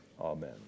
amen